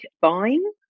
buying